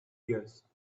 ears